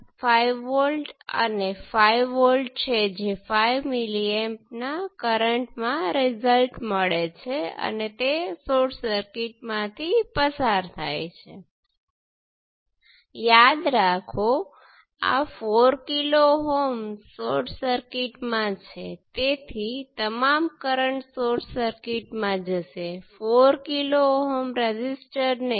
તેથી પ્રથમ સર્કિટ કે જેમાં આપણી પાસે પોર્ટ 2 ઓપન સર્કિટ છે તેને Z11 મળશે જે V1 by I1 port 2 open circuit સાથે I2 ને 0 બરાબર 2 કિલો Ω થશે અને આપણને Z21 પણ મળશે જે V2 by I1 port 2 open circuit સાથે 1 કિલો Ω જેટલું છે